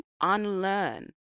unlearn